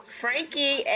Frankie